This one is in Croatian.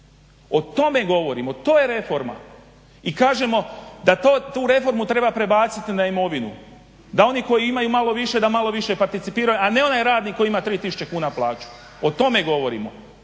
O tome govorimo, to je reforma i kažemo da tu reformu treba prebaciti na imovinu, da oni koji imaju malo više da malo više participiraju, a ne onaj radnik koji ima 3000 kuna plaću. O tome govorimo,